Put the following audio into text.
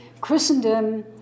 Christendom